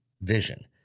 vision